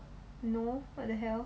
no what the hell